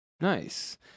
Nice